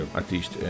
artiest